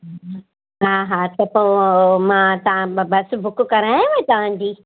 हा हा त पोइ मां तव्हांजी ब बस बुक करायांव तव्हांजी